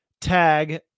tag